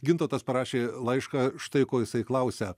gintautas parašė laišką štai ko jisai klausia